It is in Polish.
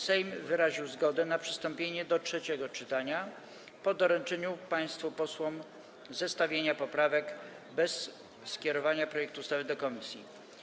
Sejm wyraził zgodę na przystąpienie do trzeciego czytania po doręczeniu państwu posłom zestawienia poprawek bez skierowania projektu ustawy do komisji.